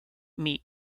meat